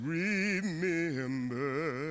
remember